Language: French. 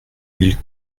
mille